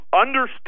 understand